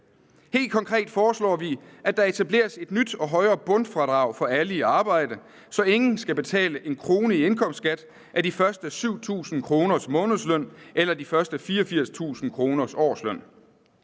Helt konkret foreslår vi, at der etableres et nyt og højere bundfradrag for alle i arbejde, så ingen skal betale en krone i indkomstskat af de første 7.000 kr. af månedslønnen eller af de første 84.000 kr. af årslønnen.